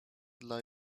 dla